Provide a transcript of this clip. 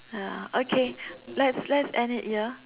ya okay let's let's end it here